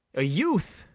a youth!